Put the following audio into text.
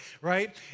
right